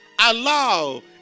allow